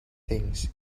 things